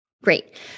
Great